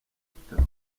ottawa